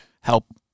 help